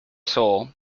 soul